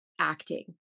acting